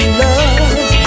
love